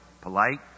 polite